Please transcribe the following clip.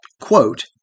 quote